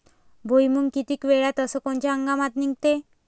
भुईमुंग किती वेळात अस कोनच्या हंगामात निगते?